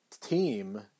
team